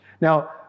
Now